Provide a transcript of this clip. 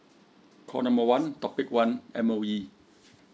call number one topic one M_O_E